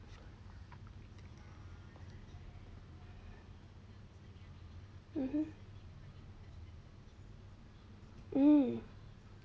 mmhmm mm